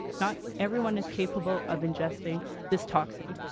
not everyone is capable of ingesting this toxin.